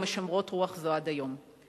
ומשמרות רוח זו עד היום.